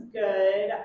good